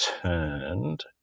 Turned